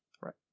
right